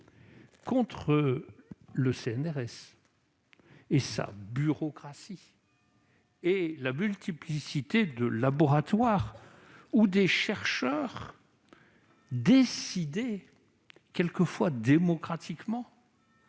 contre le CNRS, sa bureaucratie et ses multiples laboratoires dont quelques chercheurs décidaient « quelquefois démocratiquement